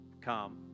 come